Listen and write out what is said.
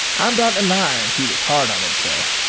i'm not denying he was hard on himself.